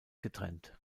getrennt